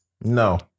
no